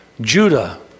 Judah